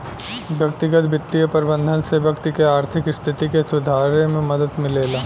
व्यक्तिगत बित्तीय प्रबंधन से व्यक्ति के आर्थिक स्थिति के सुधारे में मदद मिलेला